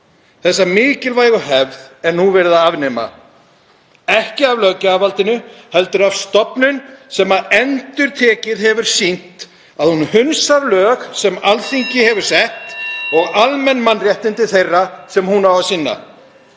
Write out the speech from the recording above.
Þessa mikilvægu hefð er nú verið að afnema, ekki af löggjafarvaldinu heldur af stofnun sem endurtekið hefur sýnt að hún hunsar lög sem Alþingi hefur sett (Forseti hringir.) og almenn mannréttindi þeirra sem hún á að sinna.